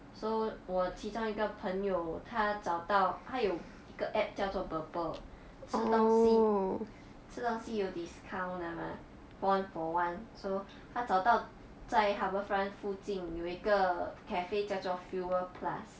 so 我其中一个朋友他找到他有一个 app 叫做 purple 吃东西吃东西有 discount 的吗 one for one so 他找到在 harbourfront 附近有一个 cafe 叫做 fewer plus